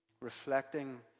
reflecting